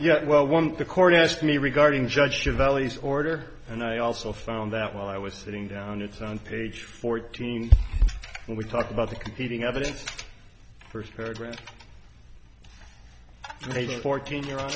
yeah well one the court asked me regarding the judge should at least order and i also found that while i was sitting down it's on page fourteen when we talk about the competing evidence first paragraph a fourteen year old